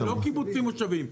זה לא קיבוצים ומושבים,